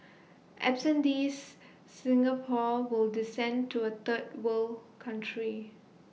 absent these Singapore will descend to A third world country